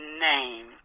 name